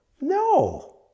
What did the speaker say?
no